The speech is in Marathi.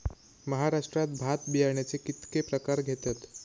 महाराष्ट्रात भात बियाण्याचे कीतके प्रकार घेतत?